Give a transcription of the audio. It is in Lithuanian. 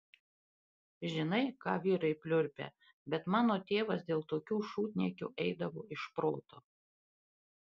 žinai ką vyrai pliurpia bet mano tėvas dėl tokių šūdniekių eidavo iš proto